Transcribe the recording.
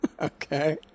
okay